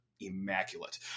immaculate